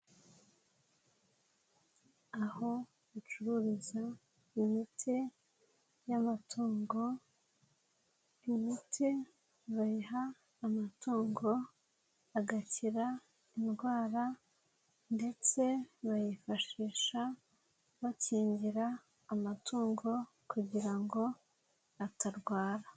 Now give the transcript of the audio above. Aho bacururiza imiti y'amatungo, imiti bayiha amatungo agakira indwara ndetse bayifashisha bakingira amatungo kugira ngo atarwara.